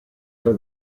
for